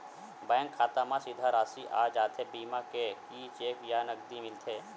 Bank खाता मा सीधा राशि आ जाथे बीमा के कि चेक या नकदी मिलथे?